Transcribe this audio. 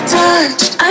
touched